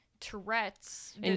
Tourette's